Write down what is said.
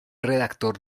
redactor